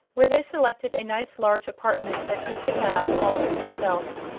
where they selected a nice large apartment that he could have all to himself.